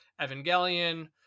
evangelion